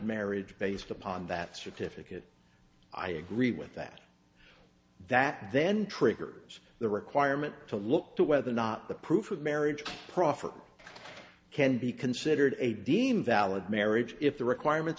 marriage based upon that certificate i agree with that that then triggers the requirement to look to whether or not the proof of marriage proffered thanks can be considered a deemed valid marriage if the requirements